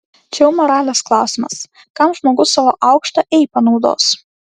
čia jau moralės klausimas kam žmogus savo aukštą ei panaudos